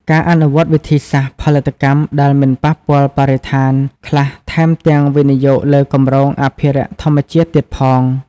ការអនុវត្តវិធីសាស្រ្តផលិតកម្មដែលមិនប៉ះពាល់បរិស្ថាន ខ្លះថែមទាំងវិនិយោគលើគម្រោងអភិរក្សធម្មជាតិទៀតផង ។